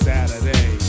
Saturday